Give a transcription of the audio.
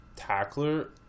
tackler